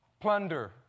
Plunder